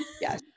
Yes